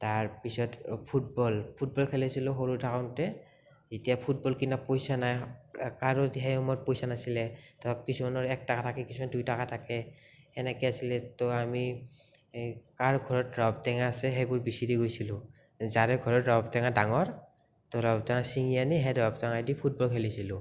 তাৰপিছত football football খেলিছিলোঁ সৰু থাকোঙতে এতিয়া ফুটবল কিনা পইচা নাই কাৰো সেই সময়ত পইচা নাছিলে ধৰক কিছুমানৰ এক টকা থাকে কিছুমানৰ দুই টকা থাকে সেনেকে আছিলে ত' আমি কাৰ ঘৰত ৰবাব টেঙা আছে সেইবোৰ বিচিৰি গৈছিলোঁ যাৰে ঘৰত ৰবাব টেঙা ডাঙৰ ত' ৰবাব টেঙা চিঙি আনি সেই ৰবাব টেঙাইদি ফুটবল খেলিছিলোঁ